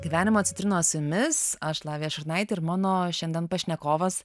gyvenimo citrinos su jumis aš lavija šurnaitė ir mano šiandien pašnekovas